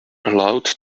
allowed